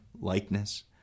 likeness